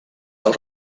del